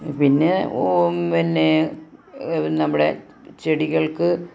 പിന്നെ ഓ പിന്നെ നമ്മുടെ ചെടികൾക്ക്